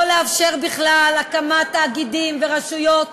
לא לאפשר בכלל הקמת תאגידים ורשויות